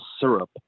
syrup